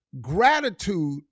gratitude